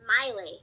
Miley